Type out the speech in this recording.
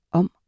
om